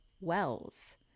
Wells